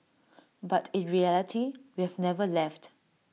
but in reality we've never left